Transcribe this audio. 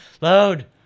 load